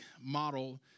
model